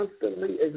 constantly